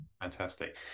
fantastic